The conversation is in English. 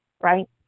right